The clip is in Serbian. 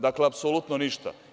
Dakle, apsolutno ništa.